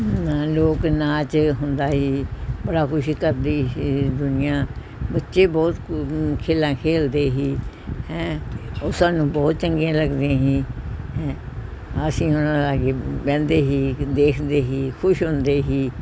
ਨ ਲੋਕ ਨਾਚ ਹੁੰਦਾ ਸੀ ਬੜਾ ਕੁਛ ਕਰਦੇ ਸੀ ਦੁਨੀਆਂ ਬੱਚੇ ਬਹੁਤ ਖੇਡਾਂ ਖੇਡਦੇ ਸੀ ਹੈਂ ਉਹ ਸਾਨੂੰ ਬਹੁਤ ਚੰਗੀਆਂ ਲੱਗਦੀਆਂ ਸੀ ਹੈਂ ਅਸੀਂ ਉਨ੍ਹਾਂ ਨਾਲ ਆ ਕੇ ਬਹਿੰਦੇ ਸੀ ਦੇਖਦੇ ਹੀ ਖੁਸ਼ ਹੁੰਦੇ ਸੀ